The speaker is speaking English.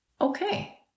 okay